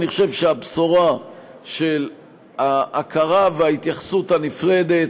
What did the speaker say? אני חושב שהבשורה של ההכרה וההתייחסות הנפרדת,